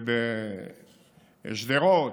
בשדרות,